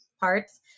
parts